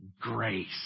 grace